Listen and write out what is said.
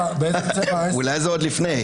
אולי זה עוד לפני.